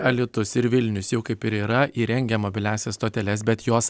alytus ir vilnius jau kaip ir yra įrengę mobiliąsias stoteles bet jos